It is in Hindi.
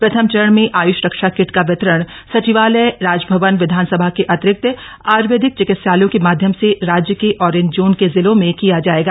प्रथम चरण में आय्ष रक्षा किट का वितरण सचिवालय राजभवन विधानसभा के अतिरिक्त आयर्वेदिक चिकित्सालयों के माध्यम से राज्य के ऑरेंज जोन के जिलों में किया जाएगा